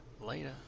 Later